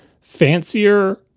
fancier